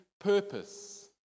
purpose